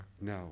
No